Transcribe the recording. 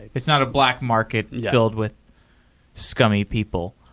it's not a black market filled with scummy people.